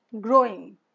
growing